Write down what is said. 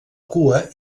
cua